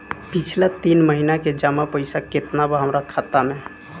पिछला तीन महीना के जमा पैसा केतना बा हमरा खाता मे?